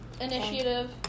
initiative